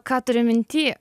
ką turiu minty